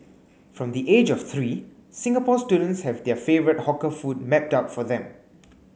from the age of three Singapore students have their favourite hawker food mapped out for them